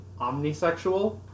omnisexual